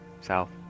South